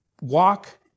Walk